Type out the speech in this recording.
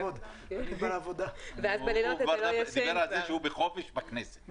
הדיון המיוחד שנערך היום מרכז המחקר והמידע של הכנסת התבקש להכין